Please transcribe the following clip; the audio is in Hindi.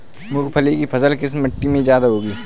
मूंगफली की फसल किस मिट्टी में ज्यादा होगी?